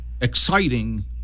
exciting